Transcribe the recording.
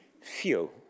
fuel